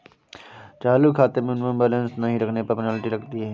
चालू खाते में मिनिमम बैलेंस नहीं रखने पर पेनल्टी लगती है